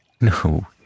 No